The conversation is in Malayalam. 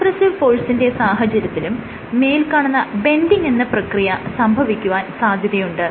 കംപ്രസ്സിവ് ഫോഴ്സിന്റെ സാഹചര്യത്തിലും മേല്കാണുന്ന ബെൻഡിങ് എന്ന പ്രക്രിയ സംഭവിക്കുവാൻ സാധ്യതയുണ്ട്